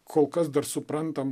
kol kas dar suprantam